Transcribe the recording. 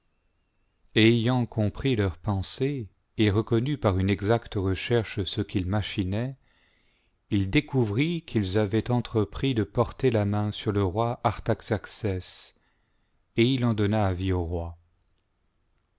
ayant compris leurs pensées et reconnu par nne exacte recherche ce qu'ils machinaient il découvrit qu'ils avaient entrepris de porter la main sur le roi artaxercès et il en donna avis au roi